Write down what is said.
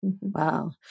Wow